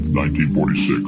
1946